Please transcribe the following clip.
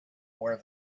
where